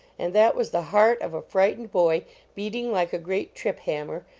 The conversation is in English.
and that was the heart of a frightened boy beating like a great trip hammer,